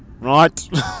Right